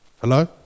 Hello